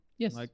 yes